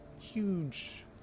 Huge